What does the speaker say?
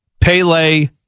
Pele